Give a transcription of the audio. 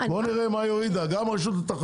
בואו נראה מה היא הורידה?